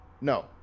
No